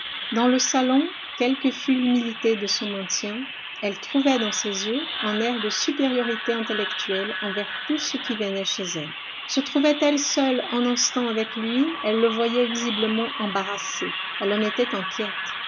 dans le salon quelle que fût l'humilité de son maintien elle trouvait dans ses yeux un air de supériorité intellectuelle envers tout ce qui venait chez elle se trouvait-elle seule un instant avec lui elle le voyait visiblement embarrassé elle en était inquiète